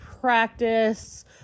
practice